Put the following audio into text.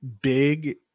big